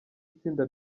itsinda